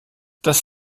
das